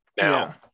now